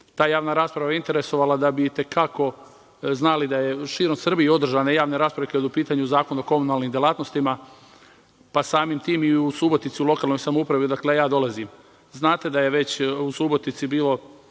ta javna rasprava interesovala, verovatno bi znali da su širom Srbije održane javne rasprave kada je u pitanju Zakon o komunalnim delatnostima, a samim tim i u Subotici, u lokalnoj samoupravi iz koje ja dolazim. Znate da je već u Subotici bilo